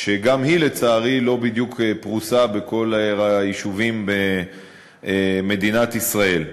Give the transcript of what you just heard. שגם היא לצערי לא בדיוק פרוסה בכל היישובים במדינת ישראל.